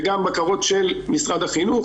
וגם בקרות של משרד החינוך.